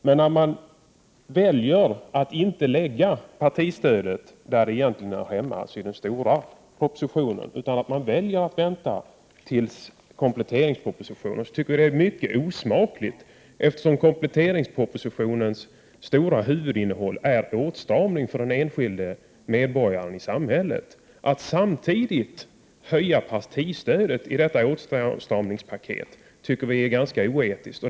Men när man väljer att inte lägga partistödet där det egentligen hör hemma, alltså i den stora propositionen, utan väljer att vänta till kompletteringspropositionen, tycker vi det är osmakligt eftersom kompletteringspropositionens huvudinnehåll är åtstramning för den enskilde medborgaren i samhället. Att samtidigt höja partistödet i detta åtstramningspaket tycker vi är ganska oetiskt.